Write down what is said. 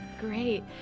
Great